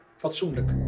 fatsoenlijk